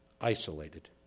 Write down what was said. isolated